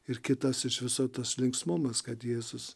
ir kitas iš viso tas linksmumas kad jėzus